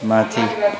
माथि